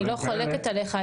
אני לא חולקת עליך,